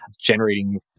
generating